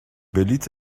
بلیط